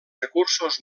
recursos